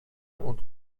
und